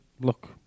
look